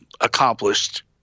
Accomplished